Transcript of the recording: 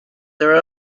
their